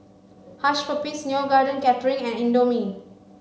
Hush Puppies Neo Garden Catering and Indomie